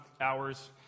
hours